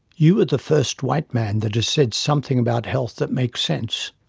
you are the first white man that has said something about health that makes sense.